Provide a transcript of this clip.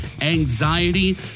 anxiety